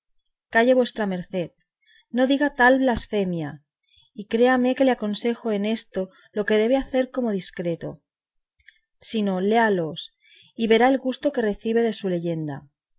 calle vuestra merced no diga tal blasfemia y créame que le aconsejo en esto lo que debe de hacer como discreto sino léalos y verá el gusto que recibe de su leyenda